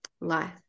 life